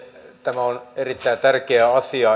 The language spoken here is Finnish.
tämä on erittäin tärkeä asia